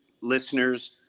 listeners